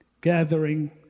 gathering